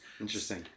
Interesting